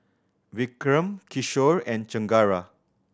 Vikram Kishore and Chengara